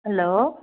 hello